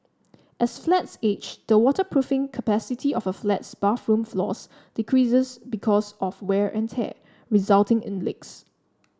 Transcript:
as flats age the waterproofing capacity of a flat's bathroom floors decreases because of wear and tear resulting in leaks